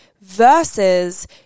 Versus